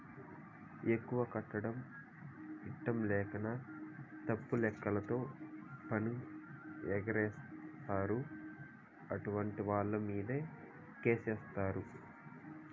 ఎక్కువ కట్టడం ఇట్టంలేకనే తప్పుడు లెక్కలతో పన్ను ఎగేస్తారు, అట్టాంటోళ్ళమీదే కేసేత్తారు